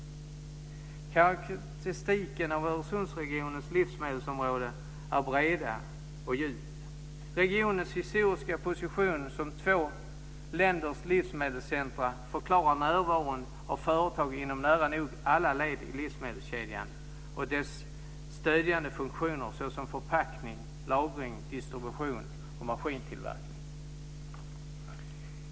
Karakteristiskt för Öresundsregionens livsmedelsområde är bredd och djup. Regionens historiska position, som två länders livsmedelscentrum, förklarar närvaron av företag inom nära nog alla led i livsmedelskedjan och dess stödjande funktioner såsom förpackning, lagring, distribution och maskintillverkning.